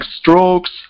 Strokes